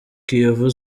kiyovu